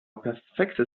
perfektes